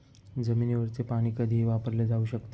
जमिनीवरचे पाणी कधीही वापरले जाऊ शकते